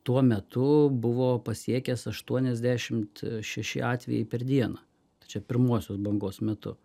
tuo metu buvo pasiekęs aštuoniasdešim šeši atvejai per dieną tai čia pirmosios bangos metu